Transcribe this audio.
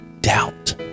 doubt